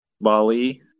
Bali